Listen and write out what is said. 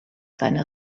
seine